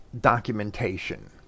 documentation